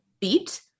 beat